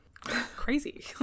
Crazy